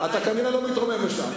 אתה כנראה לא מתרומם לשם.